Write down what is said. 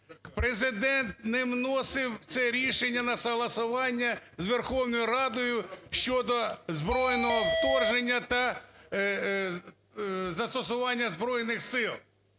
Президент не вносив це рішення на согласование з Верховною Радою щодо озброєного вторження та застосування Збройних Сил.